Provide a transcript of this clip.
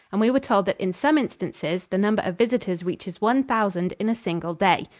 and we were told that in some instances the number of visitors reaches one thousand in a single day.